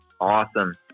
Awesome